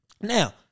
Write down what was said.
Now